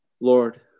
Lord